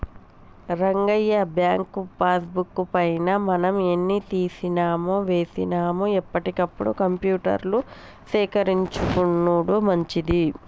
Rangayya bank passbook పైన మనం ఎన్ని తీసినామో వేసినాము ఎప్పటికప్పుడు కంప్యూటర్ల సేకరించుకొనుడు మంచిది